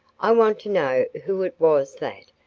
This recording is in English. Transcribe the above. i want to know who it was that,